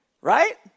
Right